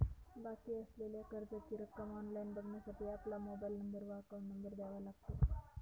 बाकी असलेल्या कर्जाची रक्कम ऑनलाइन बघण्यासाठी आपला मोबाइल नंबर व अकाउंट नंबर द्यावा लागतो